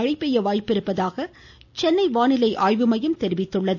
மழை பெய்ய வாய்ப்பிருப்பதாக சென்னை வானிலைஆய்வு மையம் தெரிவித்துள்ளது